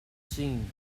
seen